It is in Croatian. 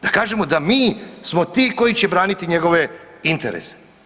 Da kažemo da mi smo ti koji će braniti njegove interese.